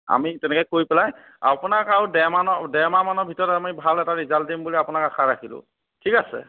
আমি তেনেকৈ কৰি পেলাই আপোনাক আৰু দেৰমানৰ দেৰমাহমানৰ ভিতৰত আমি ভাল এটা ৰিজাল্ট দিম বুলি আপোনাক আশা ৰাখিলোঁ ঠিক আছে